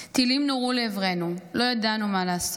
"טילים נורו לעברנו, לא ידענו מה לעשות,